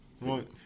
Right